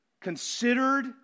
considered